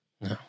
No